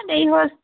দেৰি হয়